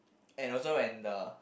and also when the